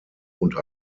und